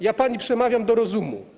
Ja pani przemawiam do rozumu.